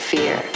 Fear